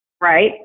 right